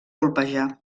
colpejar